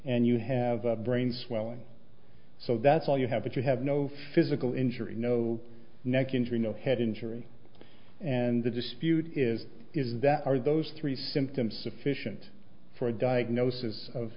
and you have a brain swelling so that's all you have that you have no physical injury no neck injury no head injury and the dispute is is that are those three symptoms sufficient for a diagnosis of